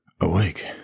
awake